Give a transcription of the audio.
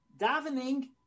davening